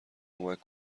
کمک